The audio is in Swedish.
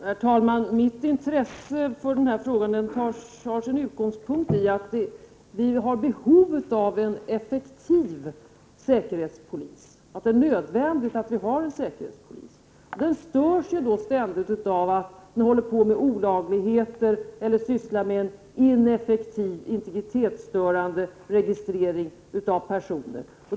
Herr talman! Mitt intresse för den här frågan har sin utgångspunkt i att vi har behov av en effektiv säkerhetspolis. Det är nödvändigt att vi har en säkerhetspolis. Verksamheten störs ständigt av att säkerhetspolisen håller på med olagligheter eller sysslar med ineffektiv integritetsstörande registrering av personer.